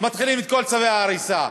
מתחילים עם כל צווי ההריסה?